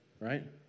right